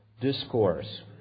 discourse